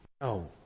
No